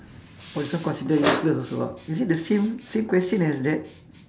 also considered useless also ah is it the same same question as that